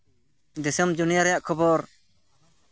ᱫᱤᱥᱚᱢ ᱫᱩᱱᱭᱟᱹ ᱨᱮᱭᱟᱜ ᱠᱷᱚᱵᱚᱨ